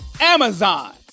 Amazon